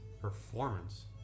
performance